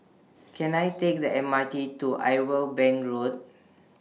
Can I Take The M R T to Irwell Bank Road